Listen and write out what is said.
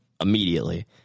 immediately